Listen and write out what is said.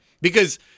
Because-